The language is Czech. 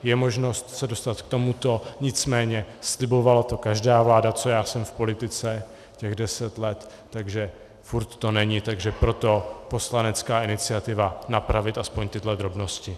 Je možnost se dostat k tomuto, nicméně slibovala to každá vláda, co já jsem v politice, těch deset let, ale furt to není, takže proto poslanecká iniciativa napravit aspoň tyto drobnosti.